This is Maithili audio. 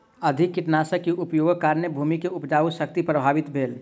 अधिक कीटनाशक के उपयोगक कारणेँ भूमि के उपजाऊ शक्ति प्रभावित भेल